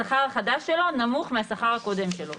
השכר החדש שלו נמוך מהשכר הקודם שלו,